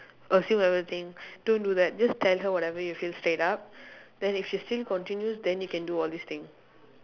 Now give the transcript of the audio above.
assume everything don't do that just tell her whatever you feel straight up then if she still continues then you can do all these things